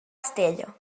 estella